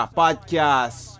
podcast